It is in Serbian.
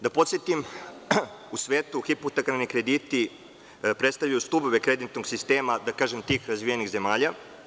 Da podsetim, u svetu hipotekarni krediti predstavljaju stubove kreditnog sistema, da kažem, tih razvijenih zemalja.